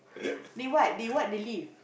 they what they what the lift